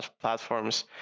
platforms